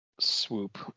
swoop